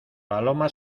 paloma